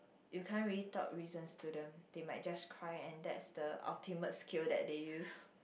you can't really talk reasons to them they might just cry and that's the ultimate skill that they use